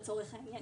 לצורך העניין,